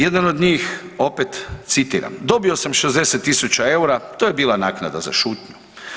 Jedan od njih opet, citiram, dobio sam 60 tisuća eura, to je bila naknada za šutnju.